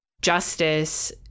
justice